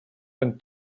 than